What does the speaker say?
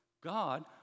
God